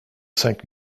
cinq